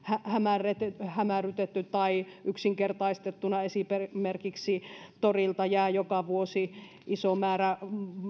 hämärrytetty tai yksinkertaistettu esimerkiksi esimerkiksi torilta jää kiinni joka vuosi iso määrä